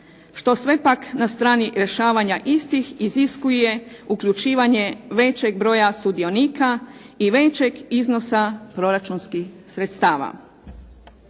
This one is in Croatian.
što sve pak na strani rješavanja istih iziskuje uključivanje većeg broja sudionika i većeg iznosa proračunskih sredstava.